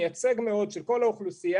מייצג מאוד של כל האוכלוסייה,